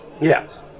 Yes